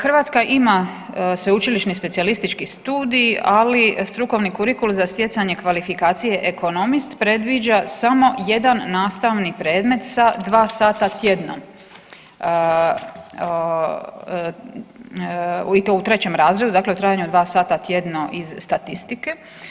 Hrvatska ima Sveučilišni specijalistički studij, ali stručni kurikul za stjecanje kvalifikacije ekonomist predviđa samo jedan nastavni predmet sa dva sata tjedno i to u trećem razredu, dakle u trajanju od dva sata tjedno iz statistike.